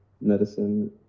medicine